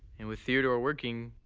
and with theodore working,